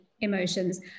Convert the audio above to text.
emotions